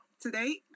today